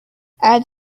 add